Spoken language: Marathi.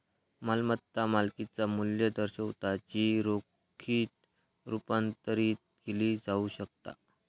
मालमत्ता मालकिचा मू्ल्य दर्शवता जी रोखीत रुपांतरित केली जाऊ शकता